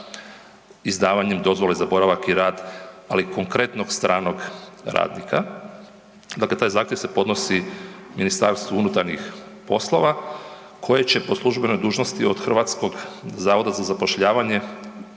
izdavanjem dozvole za boravak i rad ali konkretnog stranog radnika. Dakle, taj zahtjev se podnosi MUP-u koje će po službenoj dužnosti od HZZ-a zatražiti mišljenje za zapošljavanje